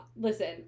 Listen